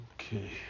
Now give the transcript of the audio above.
Okay